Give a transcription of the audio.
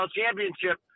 championship